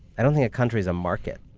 i don't think a country is a market.